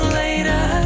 later